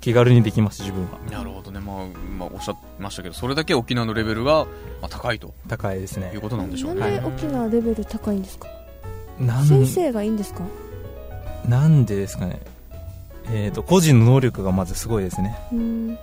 気軽にできます、自分は。なるほどね。まあ、まあ、おっしゃってましたけど、それだけ沖縄のレベルが、まあ、高いと高いですね。いうことなんでしょうね。なんで沖縄レベル高いんですか？なん-先生がいいんですか？なんでですかね。えーと、個人の能力がまずすごいですね。うん。